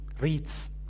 reads